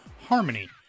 Harmony